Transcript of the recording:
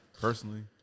personally